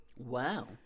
Wow